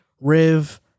Riv